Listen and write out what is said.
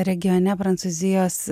regione prancūzijos